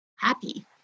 happy